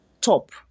top